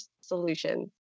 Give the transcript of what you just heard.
solutions